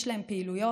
יש להם פעילויות.